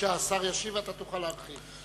השר ישיב ואתה תוכל להרחיב.